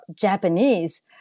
Japanese